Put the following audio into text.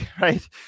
right